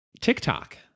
TikTok